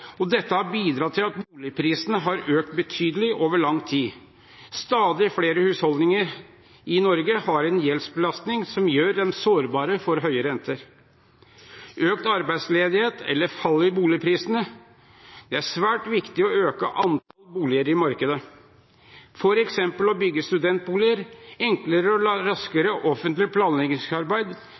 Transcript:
og det har bidratt til at boligprisene har økt betydelig over lang tid. Stadig flere husholdninger i Norge har en gjeldsbelastning som gjør dem sårbare for høye renter, økt arbeidsledighet eller fall i boligprisene. Det er svært viktig å øke antall boliger i markedet, f.eks. å bygge studentboliger, enklere og raskere offentlig planleggingsarbeid